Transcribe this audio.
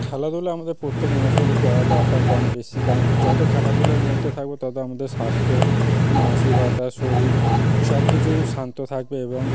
খেলাধুলা আমাদের প্রত্যেক মানুষেরই করা দরকার কম বেশি কারণ যত খেলাধুলার মধ্যে থাকবে তত আমাদের স্বাস্থ্য মানসিকতা শরীর সব কিছুই শান্ত থাকবে এবং